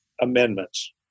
amendments